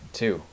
two